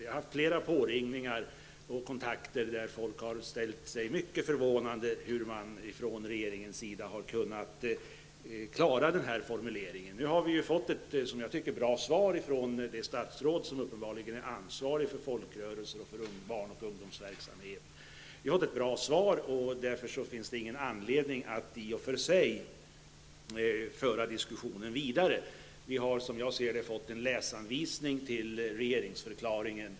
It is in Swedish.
Jag har fått flera påringningar från och haft kontakter med människor som ställt sig mycket förvånade till hur regeringen har kunnat klara denna formulering. Vi har nu fått ett bra svar från det statsråd som är ansvarigt för folkrörelser och barn och ungdomsverksamhet. Därför finns det inte någon anledning att föra diskussionen vidare. Som jag ser det har vi fått en läsanvisning till regeringsförklaringen.